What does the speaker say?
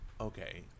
Okay